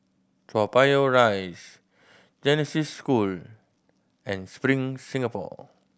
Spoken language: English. Toa Payoh Rise Genesis School and Spring Singapore